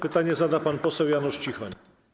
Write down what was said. Pytanie zada pan poseł Janusz Cichoń.